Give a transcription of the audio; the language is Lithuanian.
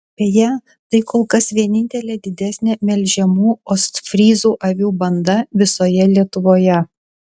beje tai kol kas vienintelė didesnė melžiamų ostfryzų avių banda visoje lietuvoje